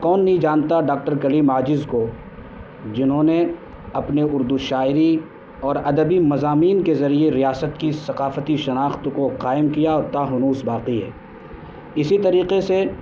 کون نہیں جانتا ڈاکٹر کلیم عاجز کو جنہوں نے اپنے اردو شاعری اور ادبی مضامین کے ذریعے ریاست کی ثقافتی شناخت کو قائم کیا اور تا ہنوز باقی ہے اسی طریقے سے